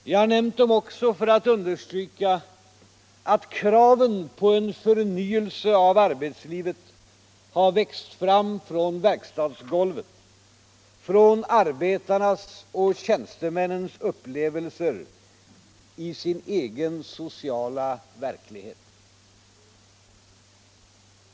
Jag har nämnt dem också för att understryka att kraven på en förnyelse av arbetslivet har växt fram från verkstadsgolvet, från arbetarnas och tjänstemännens upplevelser i sin egen sociala verklighet.